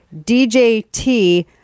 DJT